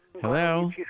Hello